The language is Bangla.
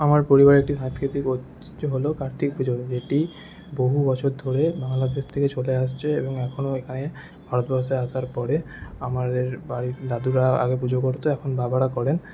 আমার পরিবারের একটি সাংস্কৃতিক ঐতিহ্য হল কার্তিক পুজো এটি বহু বছর ধরে বাংলাদেশ থেকে চলে আসছে এবং এখনও এখানে ভারতবর্ষে আসার পরে আমাদের বাড়ির দাদুরা আগে পুজো করত এখন বাবারা করেন